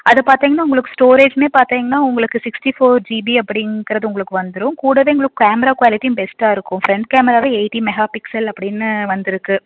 அது பார்த்தீங்னா உங்களுக்கு ஸ்டோரேஜ்மே பார்த்தீங்னா உங்களுக்கு சிக்ஸ்டி ஃபோர் ஜிபி அப்படிங்கிறது உங்களுக்கு வந்துடும் கூடவே உங்களுக்கு கேமரா குவாலிட்டியும் பெஸ்ட்டாக இருக்கும் ஃப்ரெண்ட் கேமராவே எயிட்டி மெஹா பிக்சல் அப்படின்னு வந்திருக்கு